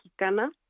mexicana